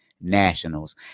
nationals